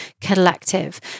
Collective